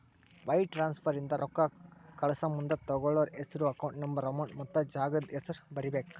wire transfer ಇಂದ ರೊಕ್ಕಾ ಕಳಸಮುಂದ ತೊಗೋಳ್ಳೋರ್ ಹೆಸ್ರು ಅಕೌಂಟ್ ನಂಬರ್ ಅಮೌಂಟ್ ಮತ್ತ ಜಾಗದ್ ಹೆಸರ ಬರೇಬೇಕ್